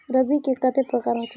रवि के कते प्रकार होचे?